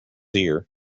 ear